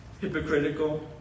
hypocritical